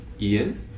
Ian